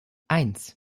eins